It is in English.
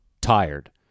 tired